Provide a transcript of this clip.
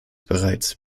bereits